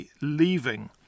leaving